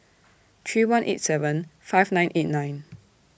three one eight seven five nine eight nine